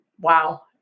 Wow